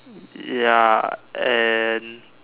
ya and